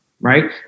right